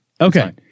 Okay